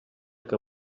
que